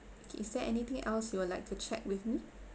okay is there anything else you would like to check with me